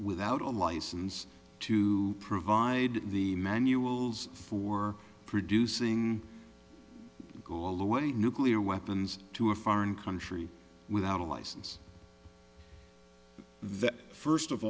without a license to provide the manuals for producing go all the way nuclear weapons to a foreign country without a license vet first of